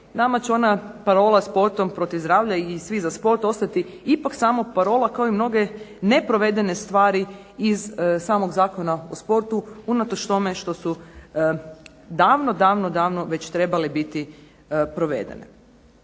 Nama će ona parola "Sportom protiv zdravlja" i "Svi za sport" ostati ipak samo parola kao i mnoge neprovedene stvari iz samog Zakona o sportu. Unatoč tome što su davno, davno već trebale biti provedene.